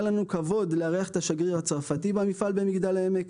לנו כבוד לארח את השגריר הצרפתי במפעל במגדל העמק,